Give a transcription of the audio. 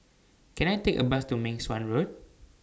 Can I Take A Bus to Meng Suan Road